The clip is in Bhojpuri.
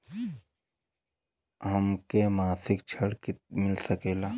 हमके मासिक ऋण मिल सकेला?